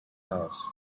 house